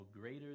greater